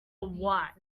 what